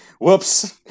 whoops